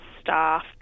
staff